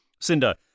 Cinda